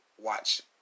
watch